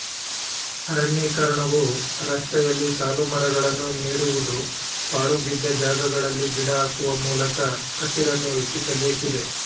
ಅರಣ್ಯೀಕರಣವು ರಸ್ತೆಯಲ್ಲಿ ಸಾಲುಮರಗಳನ್ನು ನೀಡುವುದು, ಪಾಳುಬಿದ್ದ ಜಾಗಗಳಲ್ಲಿ ಗಿಡ ಹಾಕುವ ಮೂಲಕ ಹಸಿರನ್ನು ಹೆಚ್ಚಿಸಬೇಕಿದೆ